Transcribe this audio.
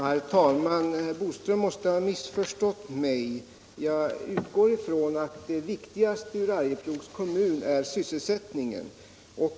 Herr talman! Herr Boström måste ha missförstått mig. Jag utgår från att det viktigaste för Arjeplogs kommun är sysselsättningen.